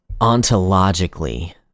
ontologically